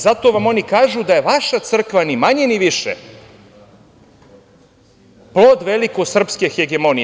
Zato vam oni kažu da je vaša crkva ni manje, ni više plod veliko srpske hegemonije.